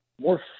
more